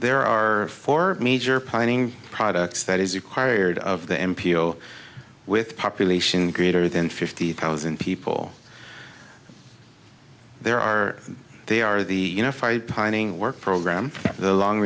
there are four major planning products that is required of the m p o with population greater than fifty thousand people there are they are the unified pining work program the long